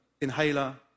inhaler